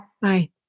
bye